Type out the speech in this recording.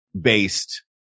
based